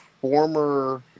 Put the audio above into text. former